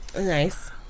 Nice